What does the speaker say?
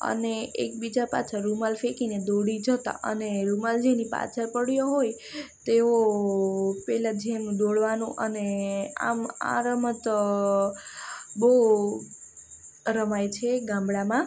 અને એકબીજા પાછળ રૂમાલ ફેંકીને દોડી જતાં અને રૂમાલ જેની પાછળ પડ્યો હોય તેઓ પહેલાં જેમ દોડવાનું અને આમ આ રમત અ બહુ રમાય છે ગામડાંમાં